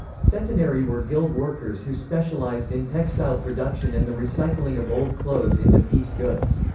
centonarii were guild workers who specialized in textile production and the recycling of old clothes into pieced goods.